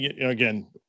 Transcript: again